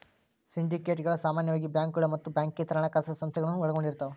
ಸಿಂಡಿಕೇಟ್ಗಳ ಸಾಮಾನ್ಯವಾಗಿ ಬ್ಯಾಂಕುಗಳ ಮತ್ತ ಬ್ಯಾಂಕೇತರ ಹಣಕಾಸ ಸಂಸ್ಥೆಗಳನ್ನ ಒಳಗೊಂಡಿರ್ತವ